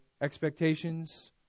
expectations